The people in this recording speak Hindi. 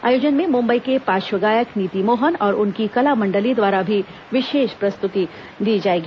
आयोजन में मुम्बई के पार्श्वगायक नीति मोहन और उनकी कला मंडली द्वारा भी विशेष प्रस्तुति दी जाएगी